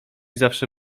zawsze